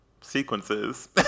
sequences